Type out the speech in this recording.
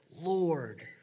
Lord